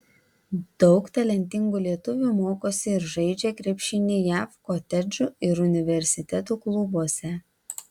daug talentingų lietuvių mokosi ir žaidžia krepšinį jav kotedžų ir universitetų klubuose